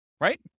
right